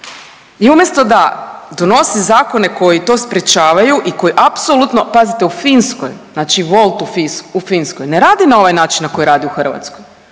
I umjesto da donosi zakone koji to sprječavaju i koji apsolutno, pazite u Finskoj znači Wolt u Finskoj ne radi na ovaj način na koji radi u Hrvatskoj.